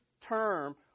term